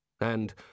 And